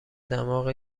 دماغ